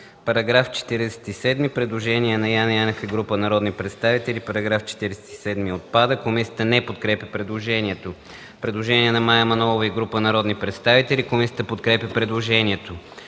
е постъпило предложение на Яне Янев и група народни представители –§ 47 отпада. Комисията не подкрепя предложението. Предложение на Мая Манолова и група народни представители. Комисията подкрепя предложението.